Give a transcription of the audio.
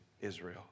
Israel